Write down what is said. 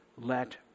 Let